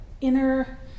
inner